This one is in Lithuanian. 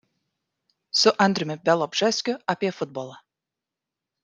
su andriumi bialobžeskiu apie futbolą